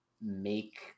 make